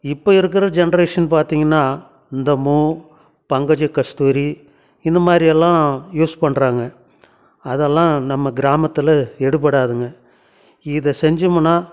இப்போ இருக்கிற ஜென்ட்ரேஷன் பார்த்திங்கன்னா இந்த மூ பங்கஜ கஸ்தூரி இந்த மாதிரி எல்லாம் யூஸ் பண்ணுறாங்க அதெல்லாம் நம்ம கிராமத்தில் எடுபடாதுங்க இதை செஞ்சோமுன்னா